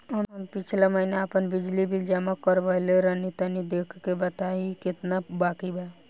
हम पिछला महीना आपन बिजली बिल जमा करवले रनि तनि देखऽ के बताईं केतना बाकि बा?